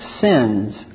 sins